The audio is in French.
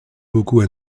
beaucoup